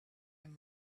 and